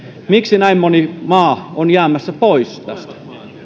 miksi näin moni maa on jäämässä pois tästä